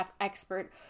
expert